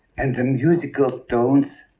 and the musical tones